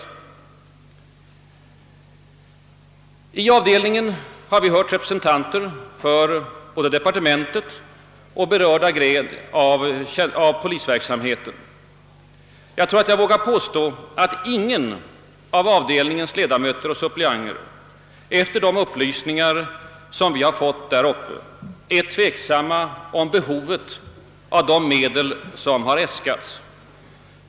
I tredje avdelningen har vi hört representanter för både departementet och berörda gren av polisverksamheten. Jag tror jag vågar påstå att ingen av avdelningens ledamöter och suppleanter efter de upplysningar som vi därvid har fått är tveksam om behovet av de medel som har äskats.